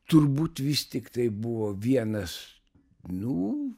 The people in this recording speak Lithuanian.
turbūt vis tiktai buvo vienas nu